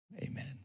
Amen